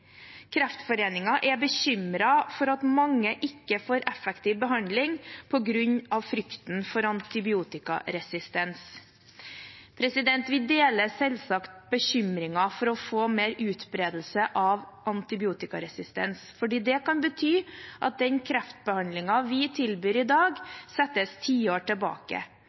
er bekymret for at mange ikke får effektiv behandling på grunn av frykten for antibiotikaresistens. Vi deler selvsagt bekymringen for å få mer utbredelse av antibiotikaresistens, for det kan bety at den kreftbehandlingen vi tilbyr i dag, settes tiår tilbake.